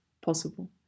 possible